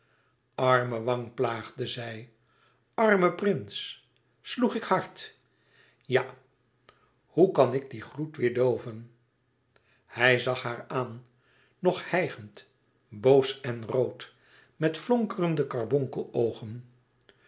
arme wang plaagde zij arme prins sloeg ik hard ja hoe kan ik dien gloed weêr dooven hij zag haar aan nog hijgend boos en rood met flonkerende